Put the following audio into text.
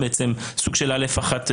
סוג של א'1,